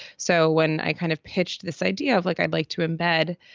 so when i kind of pitched this idea of like i'd like to embed,